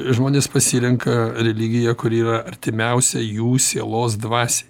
žmonės pasirenka religiją kuri yra artimiausia jų sielos dvasiai